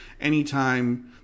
anytime